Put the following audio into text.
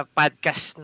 podcast